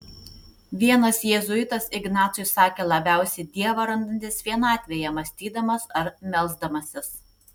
vienas jėzuitas ignacui sakė labiausiai dievą randantis vienatvėje mąstydamas ar melsdamasis